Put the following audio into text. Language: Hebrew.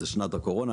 זה שנת הקורונה,